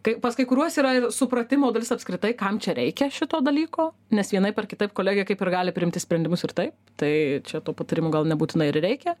kaip pas kaikuriuos yra ir supratimo dalis apskritai kam čia reikia šito dalyko nes vienaip ar kitaip kolegė kaip ir gali priimti sprendimus ir taip tai čia tuo patarimų gal nebūtinai ir reikia